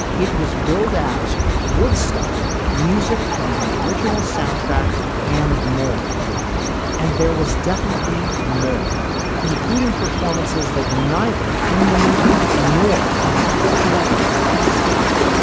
it was billed as woodstock music from the original soundtrack and more and there was definitely more including performances that were neither in the movie nor on the actual woodstock stage.